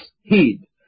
heed